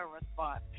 response